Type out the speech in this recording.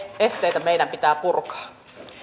esteitä meidän pitää purkaa arvoisa puhemies